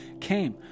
came